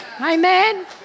Amen